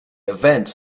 events